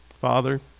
Father